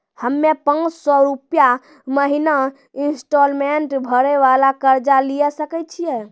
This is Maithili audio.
हम्मय पांच सौ रुपिया महीना इंस्टॉलमेंट भरे वाला कर्जा लिये सकय छियै?